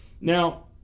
Now